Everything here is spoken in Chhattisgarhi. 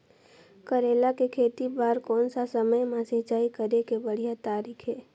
करेला के खेती बार कोन सा समय मां सिंचाई करे के बढ़िया तारीक हे?